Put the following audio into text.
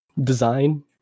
design